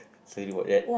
sorry about that